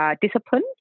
discipline